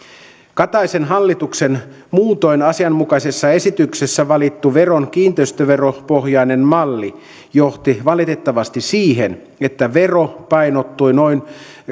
kataisen hallituksen muutoin asianmukaisessa esityksessä valittu veron kiinteistöveropohjainen malli johti valitettavasti siihen että vero painottui noin